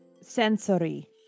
sensory